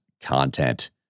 content